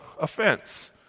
offense